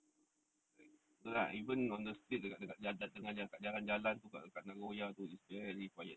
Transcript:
err like even on the street dekat dekat tengah jalan kat jalan tu kat nagoya tu is very quiet